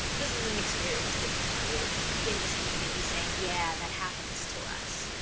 this is an experience that people in this community say yeah, that happens to us.